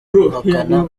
guhakana